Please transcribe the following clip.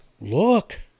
look